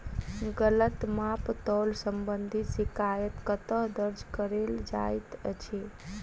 गलत माप तोल संबंधी शिकायत कतह दर्ज कैल जाइत अछि?